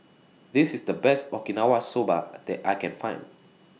This IS The Best Okinawa Soba that I Can Find